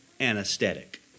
anesthetic